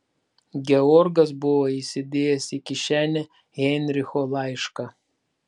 georgas buvo įsidėjęs į kišenę heinricho laišką